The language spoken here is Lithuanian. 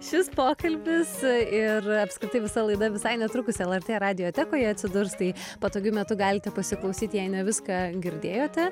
šis pokalbis ir apskritai visa laida visai netrukus lrt radiotekoje atsidurs tai patogiu metu galite pasiklausyti jei ne viską girdėjote